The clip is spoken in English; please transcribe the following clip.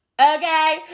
Okay